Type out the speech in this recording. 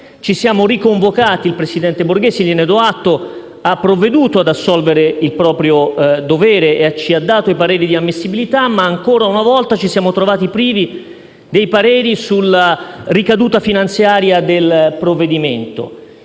Ci siamo riconvocati. Il presidente Borghese - gliene do atto - ha provveduto ad assolvere al proprio dovere; ci ha fatto avere i pareri di ammissibilità ma, ancora una volta, si siamo trovati privi dei pareri sulla ricaduta finanziaria del provvedimento.